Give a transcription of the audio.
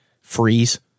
freeze